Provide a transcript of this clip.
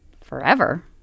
forever